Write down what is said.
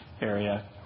area